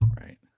Right